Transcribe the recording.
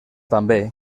també